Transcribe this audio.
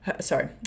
sorry